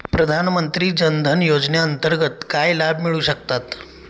प्रधानमंत्री जनधन योजनेअंतर्गत काय लाभ मिळू शकतात?